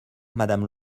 madame